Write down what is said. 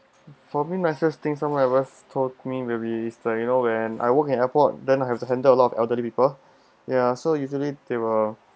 for me nicest things someone ever told me will be it's like you know when I work in airport then I have to handle a lot of elderly people ya so usually they will